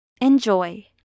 Enjoy